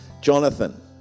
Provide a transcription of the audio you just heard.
jonathan